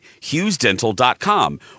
HughesDental.com